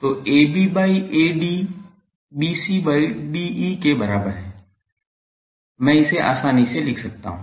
तो AB by AD BC by DE के बराबर है मैं इसे आसानी से लिख सकता हूं